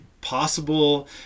possible